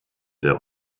der